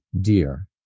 dear